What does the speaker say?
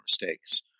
mistakes